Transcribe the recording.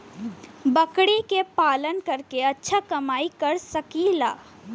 बकरी के पालन करके अच्छा कमाई कर सकीं ला?